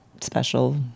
special